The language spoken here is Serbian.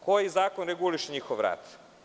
Koji zakon reguliše njihov rad?